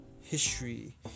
history